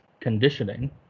conditioning